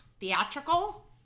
theatrical